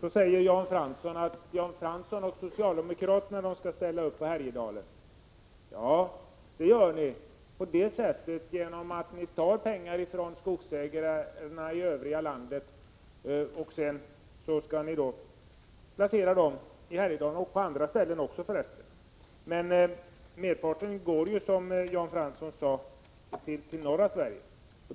Fransson säger att Jan Fransson och socialdemokraterna skall ställa upp för Härjedalen. Ja, det gör ni — men på det sättet att ni tar pengar från skogsägarna i övriga landet och sedan skall placera dem i Härjedalen och för resten också på andra ställen. Men merparten av pengarna går ju, som Jan Fransson sade, till norra Sverige.